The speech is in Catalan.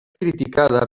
criticada